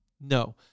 no